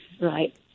right